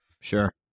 Sure